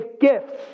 gifts